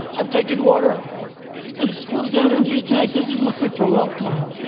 i've taken water and it's still zeland. and you can does it look good for a long time?